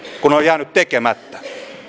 kun on on jäänyt tekemättä